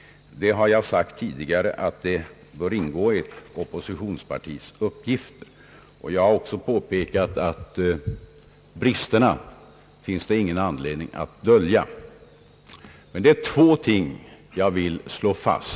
Jag har sagt tidigare, att det bör ingå i ett oppositionspartis uppgifter att kritisera, och jag har också påpekat att det inte finns anledning att dölja brister. Men det är två ting jag vill slå fast.